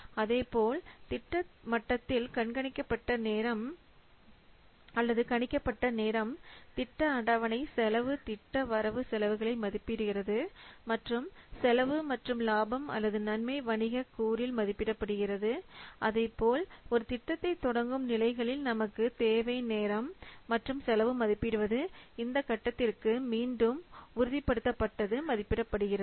அதேபோல் திட்ட மட்டத்தில் கணிக்கப்பட்ட நேரம் திட்ட அட்டவணை செலவு திட்ட வரவு செலவுகளை மதிப்பிடுகிறது மற்றும் செலவு மற்றும் லாபம் அல்லது நன்மை வணிக கூறில் மதிப்பிடப்படுகிறது அதைப்போல் ஒரு திட்டத்தை தொடங்கும் நிலைகளில் நமக்குத் தேவை நேரம் மற்றும் செலவு மதிப்பிடுவது இந்தக் கட்டத்திற்கு மீண்டும் உறுதிப்படுத்தப்பட்டது மதிப்பிடுகிறது